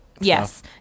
Yes